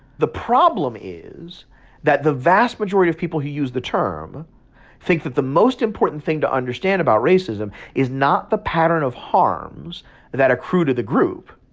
the problem is that the vast majority of people who use the term think that the most important thing to understand about racism is not the pattern of harms that accrue to the group,